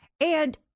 and-